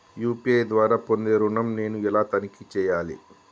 UPI ద్వారా పొందే ఋణం నేను ఎలా తనిఖీ చేయాలి?